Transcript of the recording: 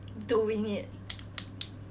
doing it